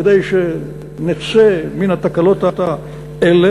כדי שנצא מן התקלות האלה,